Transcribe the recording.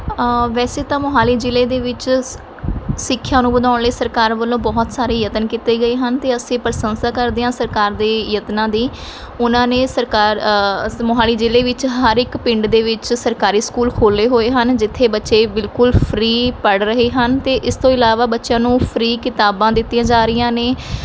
ਵੈਸੇ ਤਾਂ ਮੋਹਾਲੀ ਜ਼ਿਲ੍ਹੇ ਦੇ ਵਿੱਚ ਸ ਸਿੱਖਿਆ ਨੂੰ ਵਧਾਉਣ ਲਈ ਸਰਕਾਰ ਵੱਲੋਂ ਬਹੁਤ ਸਾਰੇ ਯਤਨ ਕੀਤੇ ਗਏ ਹਨ ਅਤੇ ਅਸੀਂ ਪ੍ਰਸੰਸਾ ਕਰਦੇ ਹਾਂ ਸਰਕਾਰ ਦੇ ਯਤਨਾਂ ਦੀ ਉਹਨਾਂ ਨੇ ਸਰਕਾਰ ਮੋਹਾਲੀ ਜ਼ਿਲ੍ਹੇ ਵਿੱਚ ਹਰ ਇੱਕ ਪਿੰਡ ਦੇ ਵਿੱਚ ਸਰਕਾਰੀ ਸਕੂਲ ਖੋਲ੍ਹੇ ਹੋਏ ਹਨ ਜਿੱਥੇ ਬੱਚੇ ਬਿਲਕੁਲ ਫਰੀ ਪੜ੍ਹ ਰਹੇ ਹਨ ਅਤੇ ਇਸ ਤੋਂ ਇਲਾਵਾ ਬੱਚਿਆਂ ਨੂੰ ਫਰੀ ਕਿਤਾਬਾਂ ਦਿੱਤੀਆਂ ਜਾ ਰਹੀਆਂ ਨੇ